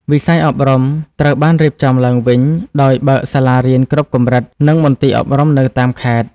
វិស័យអប់រំត្រូវបានរៀបចំឡើងវិញ ដោយបើកសាលារៀនគ្រប់កម្រិត និងមន្ទីរអប់រំនៅតាមខេត្ត។